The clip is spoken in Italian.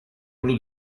blu